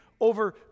over